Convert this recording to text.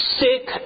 sick